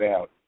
out